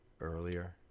earlier